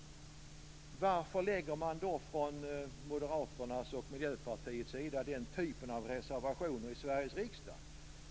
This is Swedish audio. Varför lägger man från Moderaternas och Miljöpartiets sida fram den typen av reservationer i Sveriges riksdag?